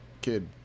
kid